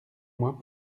moi